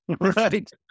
right